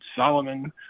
Solomon